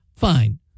fine